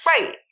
Right